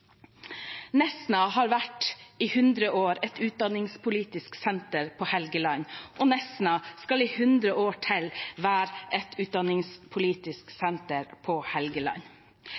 har i 100 år vært et utdanningspolitisk senter på Helgeland, og Nesna skal i 100 år til være et utdanningspolitisk senter på Helgeland.